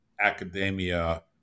academia